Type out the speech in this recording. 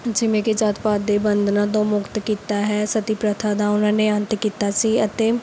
ਜਿਵੇਂ ਕਿ ਜਾਤ ਪਾਤ ਦੇ ਬੰਧਨਾਂ ਤੋਂ ਮੁਕਤ ਕੀਤਾ ਹੈ ਸਤੀ ਪ੍ਰਥਾ ਦਾ ਉਹਨਾਂ ਨੇ ਅੰਤ ਕੀਤਾ ਸੀ ਅਤੇ